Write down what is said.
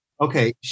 Okay